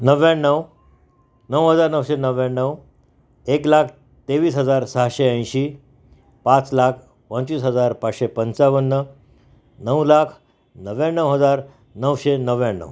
नव्याण्णव नऊ हजार नऊशे नव्याण्णव एक लाख तेवीस हजार सहाशे ऐंशी पाच लाख पंचवीस हजार पाचशे पंचावन्न नऊ लाख नव्याण्णव हजार नऊशे नव्याण्णव